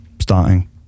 starting